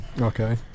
okay